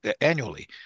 annually